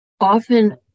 often